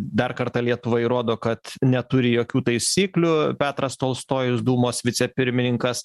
dar kartą lietuva įrodo kad neturi jokių taisyklių petras tolstojus dūmos vicepirmininkas